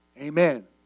amen